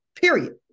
period